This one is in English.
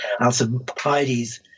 Alcibiades